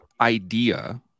idea